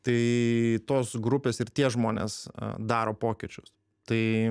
tai tos grupės ir tie žmonės daro pokyčius tai